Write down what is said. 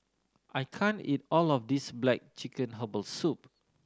I can't eat all of this black chicken herbal soup